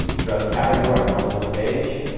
drug category and also with age.